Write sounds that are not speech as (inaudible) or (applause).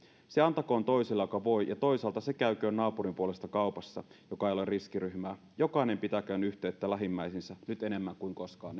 se antakoon toisille joka voi ja toisaalta se käyköön naapurin puolesta kaupassa joka ei ole riskiryhmää jokainen pitäköön yhteyttä lähimmäisiinsä nyt enemmän kuin koskaan (unintelligible)